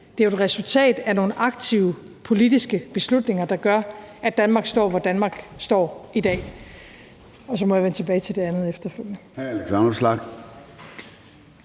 Det er et resultat af nogle aktive politiske beslutninger, der gør, at Danmark står, hvor Danmark står i dag.